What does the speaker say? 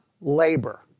labor